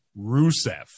Rusev